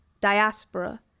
Diaspora